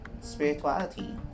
spirituality